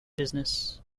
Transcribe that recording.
business